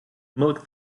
milk